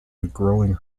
growing